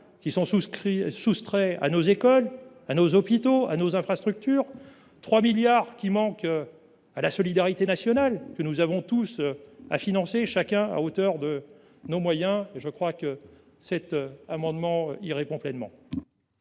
qui sont soustraits à nos écoles, à nos hôpitaux, à nos infrastructures ; 3 milliards d’euros qui manquent à la solidarité nationale, et que nous devons tous financer à hauteur de nos moyens. Cet amendement répond pleinement